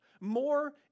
more